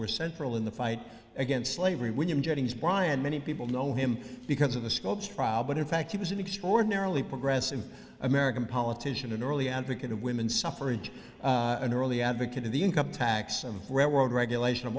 were central in the fight against slavery william jennings bryan many people know him because of the scopes trial but in fact he was an extraordinarily progressive american politician an early advocate of women suffered an early advocate of the income tax and read world regulation of